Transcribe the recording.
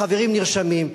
החברים נרשמים,